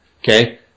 Okay